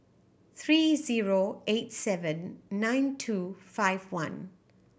three zero eight seven nine two five one